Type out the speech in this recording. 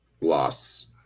Loss